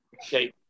Okay